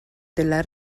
della